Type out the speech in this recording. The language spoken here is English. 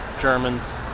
germans